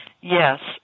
Yes